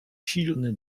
silny